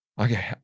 okay